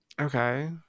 Okay